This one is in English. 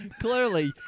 Clearly